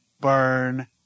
burn